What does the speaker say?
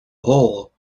hole